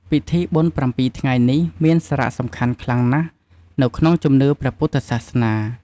ពិធីបុណ្យប្រាំពីរថ្ងៃ នេះមានសារៈសំខាន់ខ្លាំងណាស់នៅក្នុងជំនឿព្រះពុទ្ធសាសនា។